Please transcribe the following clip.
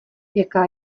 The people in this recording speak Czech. jaká